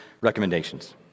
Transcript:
recommendations